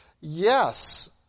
Yes